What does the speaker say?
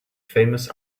famous